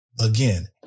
Again